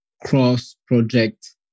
cross-project